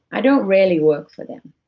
i don't really work for them,